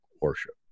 worship